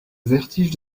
vertige